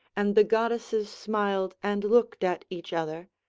and the goddesses smiled and looked at each other.